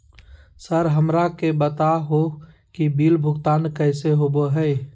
Sir हमरा के बता हो कि बिल भुगतान कैसे होबो है?